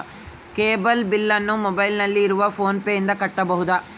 Cable ಬಿಲ್ಲನ್ನು ಮೊಬೈಲಿನಲ್ಲಿ ಇರುವ ಫೋನ್ ಪೇನಿಂದ ಕಟ್ಟಬಹುದಾ?